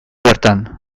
bertan